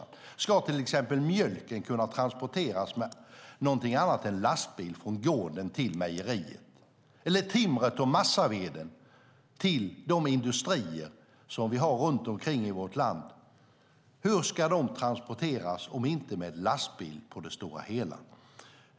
Hur ska till exempel mjölken kunna transporteras med någonting annat än med lastbil från gården till mejeriet, eller timret och massaveden till de industrier som vi har runt om i vårt land? Hur ska de transporteras, Johan Löfstrand, om inte med en lastbil?